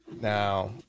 now